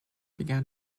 began